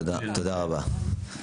תודה רבה.